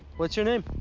what's your name?